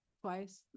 twice